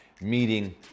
meeting